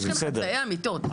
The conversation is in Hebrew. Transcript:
יש כאן חצאי אמיתות.